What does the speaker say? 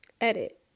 Edit